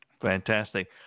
fantastic